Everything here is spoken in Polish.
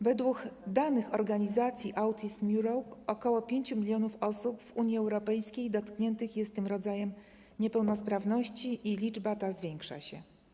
Według danych organizacji Autism-Europe ok. 5 mln osób w Unii Europejskiej dotkniętych jest tym rodzajem niepełnosprawności i liczba ta zwiększa się.